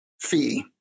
fee